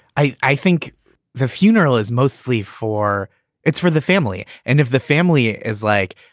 i i think the funeral is mostly for it's for the family. and if the family is like,